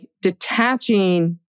detaching